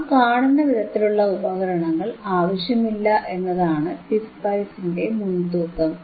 നാം കാണുന്ന വിധത്തിലുള്ള ഉപകരണങ്ങൾ ആവശ്യമില്ല എന്നതാണ് പിസ്പൈസിന്റെ മുൻതൂക്കം